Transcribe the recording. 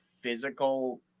physical